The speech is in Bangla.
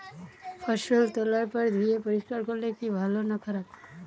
ফসল তোলার পর ধুয়ে পরিষ্কার করলে কি ভালো না খারাপ?